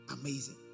Amazing